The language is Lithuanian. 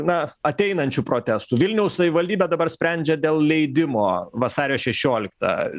na ateinančių protestų vilniaus savivaldybė dabar sprendžia dėl leidimo vasario šešioliktą